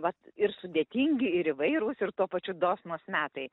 vat ir sudėtingi ir įvairūs ir tuo pačiu dosnūs metai